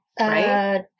right